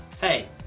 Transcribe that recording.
Hey